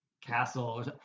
castle